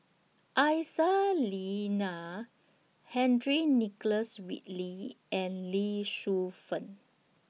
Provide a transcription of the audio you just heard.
Aisyah Lyana Henry Nicholas Ridley and Lee Shu Fen